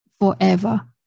forever